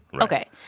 Okay